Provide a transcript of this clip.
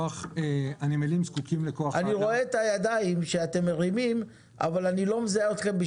הנמלים זקוקים לכוח אדם גם בחיפה וגם באשדוד.